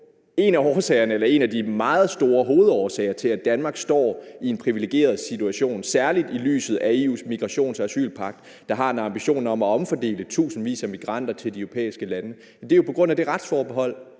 en af de meget store hovedårsager – til, at Danmark står i en privilegeret situation, særlig set i lyset af EU's migrations- og asylpagt, hvor man har en ambition om at omfordele tusindvis af migranter til de europæiske lande, er jo det retsforbehold,